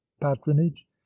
patronage